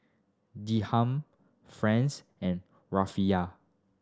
Dirham Franc and Rufiyaa